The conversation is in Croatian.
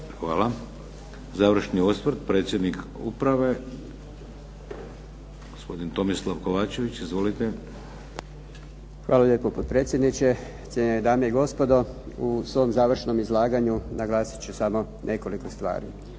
Hvala. Završni osvrt. Predsjednik uprave, gospodin Tomislav Kovačević. Izvolite. **Kovačević, Tomislav** Hvala lijepo potpredsjedniče. Cijenjene dame i gospodo u svom završnom izlaganju naglasit ću samo nekoliko stvari.